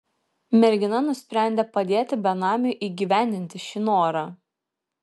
mergina nusprendė padėti benamiui įgyvendinti šį norą